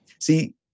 See